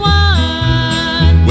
one